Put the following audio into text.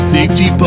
Safety